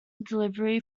delivery